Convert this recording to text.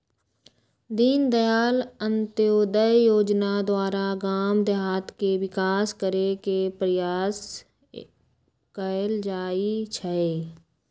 दीनदयाल अंत्योदय जोजना द्वारा गाम देहात के विकास करे के प्रयास कएल जाइ छइ